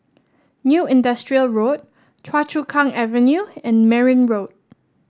New Industrial Road Choa Chu Kang Avenue and Merryn Road